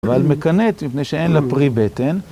אבל מקנאת, מפני שאין לה פרי בטן.